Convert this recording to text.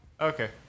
Okay